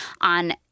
on